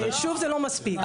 ושוב זה לא מספיק.